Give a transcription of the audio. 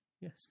Yes